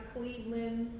Cleveland